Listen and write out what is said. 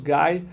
Guy